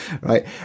right